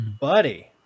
buddy